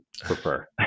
prefer